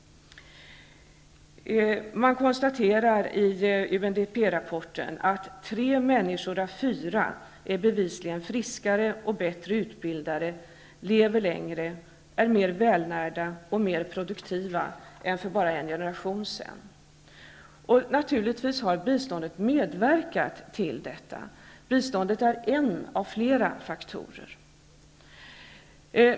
Man konstaterar i UNDP-rapporten att tre människor av fyra bevisligen är friskare och bättre utbildade, lever längre, är mer välnärda och mer produktiva än för bara en generation sedan. Biståndet har naturligtvis medverkat till detta. Biståndet är en av flera faktorer.